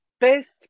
best